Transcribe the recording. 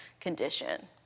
condition